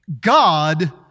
God